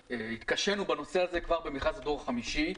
התקשינו בנושא הזה כבר במכרז לדור 5,